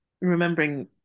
remembering